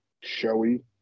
showy